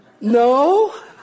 No